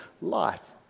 life